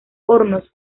hornos